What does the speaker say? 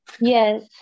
Yes